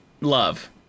love